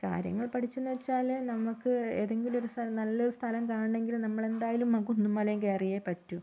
കാര്യങ്ങൾ പഠിച്ചെന്നുവച്ചാല് നമുക്ക് ഏതെങ്കിലും ഒരു സ്ഥലം നല്ല ഒരു സ്ഥലം കാണണെങ്കിൽ നമ്മളെന്തായാലും ആ കുന്നും മലയും കയറിയേ പറ്റു